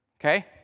Okay